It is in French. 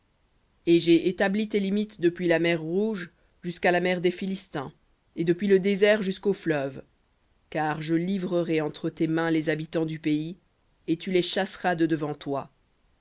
et j'ai établi tes limites depuis la mer rouge jusqu'à la mer des philistins et depuis le désert jusqu'au fleuve car je livrerai entre tes mains les habitants du pays et tu les chasseras de devant toi